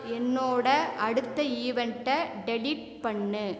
என்னோடய அடுத்த ஈவென்ட்டை டெலீட் பண்ணு